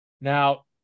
Now